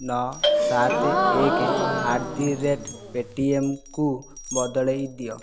ନଅ ସାତ ଏକ ଆଟ୍ ଦି ରେଟ୍ ପେଟିଏମ୍କୁ ବଦଳାଇ ଦିଅ